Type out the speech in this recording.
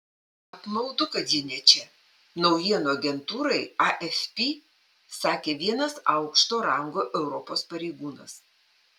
apmaudu kad ji ne čia naujienų agentūrai afp sakė vienas aukšto rango europos pareigūnas